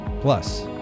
Plus